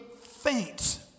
faint